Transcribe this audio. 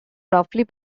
roughly